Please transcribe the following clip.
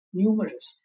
numerous